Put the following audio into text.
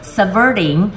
subverting